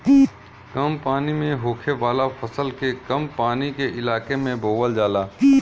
कम पानी में होखे वाला फसल के कम पानी के इलाके में बोवल जाला